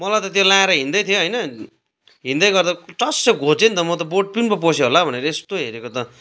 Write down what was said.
मलाई त त्यो लाएर हिँड्दैथिएँ होइन हिँड्दै गर्दा चस्सै घोच्यो नि त म त बोर्ड पिन पो पस्यो होला भनेर यस्तो हेरेको त